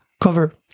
cover